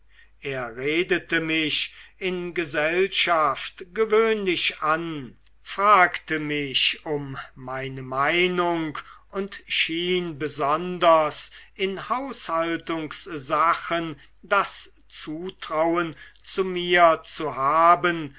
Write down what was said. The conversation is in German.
er redete mich in gesellschaft gewöhnlich an fragte mich um meine meinung und schien besonders in haushaltungssachen das zutrauen zu mir zu haben